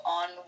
on